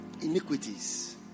iniquities